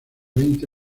veinte